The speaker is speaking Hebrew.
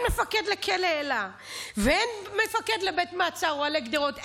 מפקד לכלא אלה ואין מפקד לבית מעצר אוהלי גדרות,